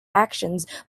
actions